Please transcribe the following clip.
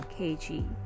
kg